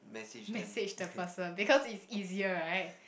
message the person because it's easier right